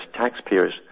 taxpayers